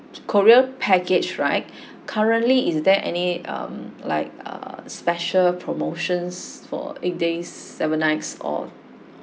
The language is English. korea package right currently is there any um like err special promotions for eight days seven nights or